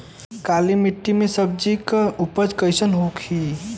काली मिट्टी में सब्जी के उपज कइसन होई?